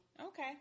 okay